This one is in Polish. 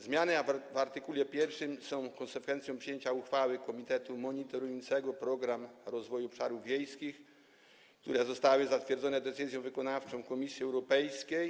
Zmiany w art. 1 są konsekwencją przyjęcia uchwały Komitetu Monitorującego Program Rozwoju Obszarów Wiejskich, która została zatwierdzona decyzją wykonawczą Komisji Europejskiej.